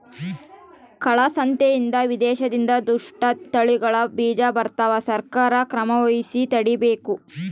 ಕಾಳ ಸಂತೆಯಿಂದ ವಿದೇಶದಿಂದ ದುಷ್ಟ ತಳಿಗಳ ಬೀಜ ಬರ್ತವ ಸರ್ಕಾರ ಕ್ರಮವಹಿಸಿ ತಡೀಬೇಕು